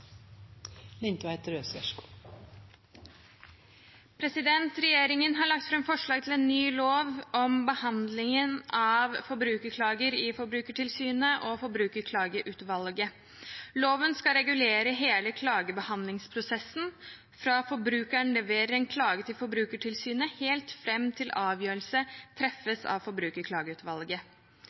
Regjeringen har lagt fram forslag til en ny lov om behandlingen av forbrukerklager i Forbrukertilsynet og Forbrukerklageutvalget. Loven skal regulere hele klagebehandlingsprosessen, fra forbrukeren leverer en klage til Forbrukertilsynet, helt fram til avgjørelse treffes av Forbrukerklageutvalget.